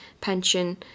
pension